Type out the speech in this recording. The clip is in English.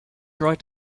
right